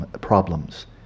problems